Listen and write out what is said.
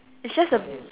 it's just a